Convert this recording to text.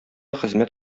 хезмәт